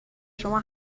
شما